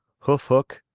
hoof-hook,